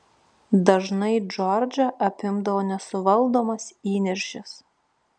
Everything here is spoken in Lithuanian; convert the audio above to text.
dažnai džordžą apimdavo nesuvaldomas įniršis